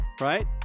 right